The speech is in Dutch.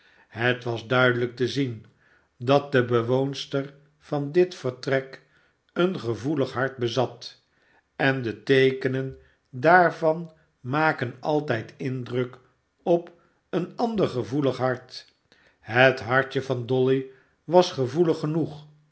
het was duidelijk te zien dat de bewoonster van dit vertrek een gevoelig hart bezat en de teekenen daarvan maken altijd indruk op een ander gevoelig hart het hartje van dolly was gevoelig genoeg